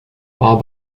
are